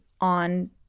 on